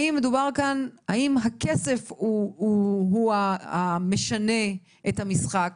האם מדובר כאן בעניין שבו הכסף הוא המשנה את המשחק,